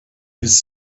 his